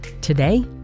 Today